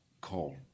call